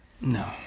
No